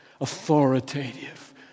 authoritative